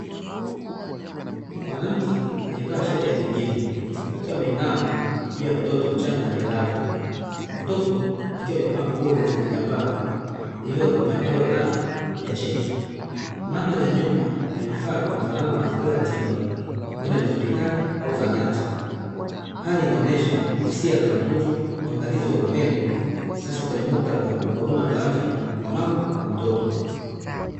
Mwanamke aliyevaa shati ya kijivu, akiwa ameinama juu ya mtoto mchanga aliyelazwa. Mtoto akiwa amevaa nguo za vitambaa vilivyo na mpangilio wa rangi ya cheki. Mandhari ya nyuma ina vifaa vinavyofanana na mazingira ya tiba huenda ni hospitali au zahanati, hali inaonesha hisia za matunzo, uangalizi wa upendo hasa kwenye muktadha wa huduma za afya kwa mama na mtoto.